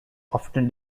often